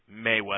Mayweather